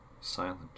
Silent